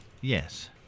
Yes